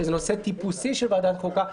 שזה נושא טיפוסי של ועדת החוקה.